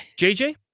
JJ